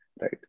Right